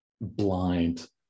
blind